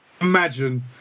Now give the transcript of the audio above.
Imagine